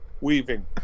Weaving